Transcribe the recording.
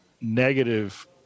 negative